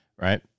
right